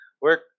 work